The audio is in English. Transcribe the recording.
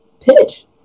pitch